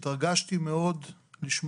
שלום, בוקר טוב לכולם.